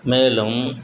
மேலும்